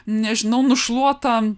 nežinau nušluota